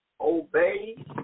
obey